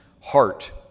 heart